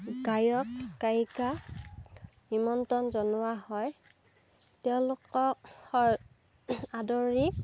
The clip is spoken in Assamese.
গায়ক গায়িকা নিমন্ত্ৰণ জনোৱা হয় তেওঁলোকক আদৰি